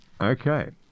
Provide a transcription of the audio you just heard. Okay